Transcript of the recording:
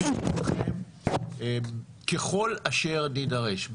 לשירותכם ככל אשר נידרש.